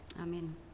Amen